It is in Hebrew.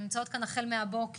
והן נמצאות כאן החל מהבוקר,